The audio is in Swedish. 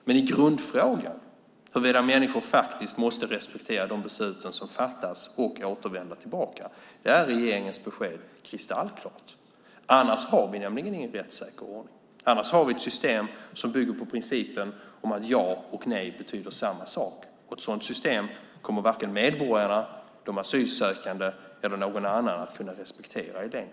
Men i grundfrågan, huruvida människor faktiskt måste respektera de beslut som fattas och återvända tillbaka, är regeringens besked kristallklart. Annars har vi nämligen ingen rättssäker ordning. Annars har vi ett system som bygger på principen att ja och nej betyder samma sak. Ett sådant system kommer varken medborgarna, de asylsökande eller någon annan att kunna respektera i längden.